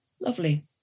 lovely